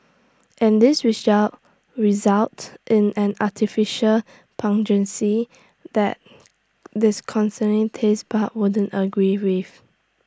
and this results in an artificial pungency that dis concerning taste pod wouldn't agree with